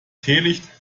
teelicht